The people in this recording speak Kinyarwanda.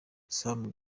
sam